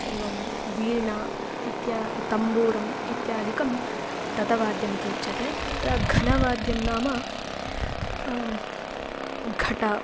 एवं वीणा इत्या तम्बूरम् इत्यादिकं ततवाद्यम् इति उच्यते तत्र घनवाद्यं नाम घट